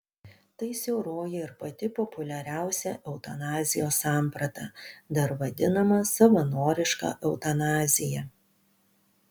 tai siauroji ir pati populiariausia eutanazijos samprata dar vadinama savanoriška eutanazija